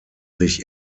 sich